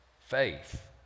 faith